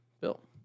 built